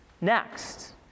next